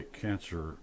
cancer